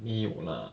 没有 lah